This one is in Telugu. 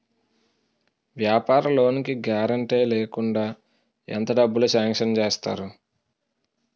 వ్యాపార లోన్ కి గారంటే లేకుండా ఎంత డబ్బులు సాంక్షన్ చేస్తారు?